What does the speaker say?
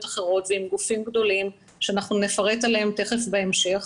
אחרות ולגופים גדולים שנפרט עליהם בהמשך,